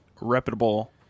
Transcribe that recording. reputable